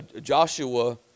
Joshua